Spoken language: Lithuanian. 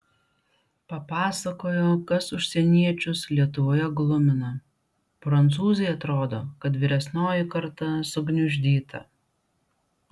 papasakojo kas užsieniečius lietuvoje glumina prancūzei atrodo kad vyresnioji karta sugniuždyta